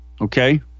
okay